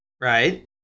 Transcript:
Right